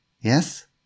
Yes